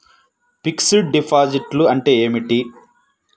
Fixed డిపాజిట్లు అంటే ఏమిటి?